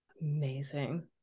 Amazing